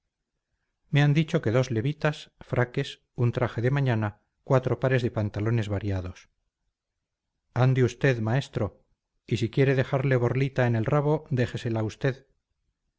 me han dicho que dos levitas fraques un traje de mañana cuatro pares de pantalones variados ande usted maestro y si quiere dejarle borlita en el rabo déjesela usted